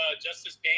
justice